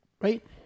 right